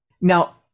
Now